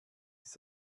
ist